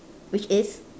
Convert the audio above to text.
which is